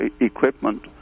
equipment